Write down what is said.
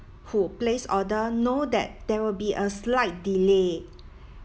who place order know that there will be a slight delay